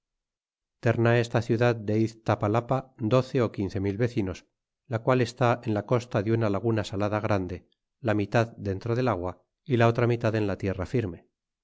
esta ciudad de iztapalapa doce ó quince mil vecinos la qual está en la costa de una laguna salada grande la mitad dentro del agua y la otra mitad en la tierra firme